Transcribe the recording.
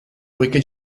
poiché